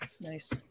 Nice